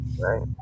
right